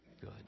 good